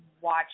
watch